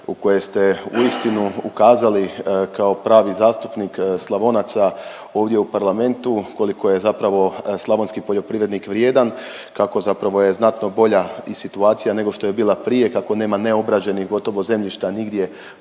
u kojoj ste uistinu ukazali kao pravi zastupnik Slavonaca ovdje u parlamentu koliko je zapravo slavonski poljoprivrednik vrijedan, kako zapravo je znatno bolja i situacija nego što je bila prije, kako nema neobrađenih gotovo zemljišta nigdje